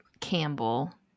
Campbell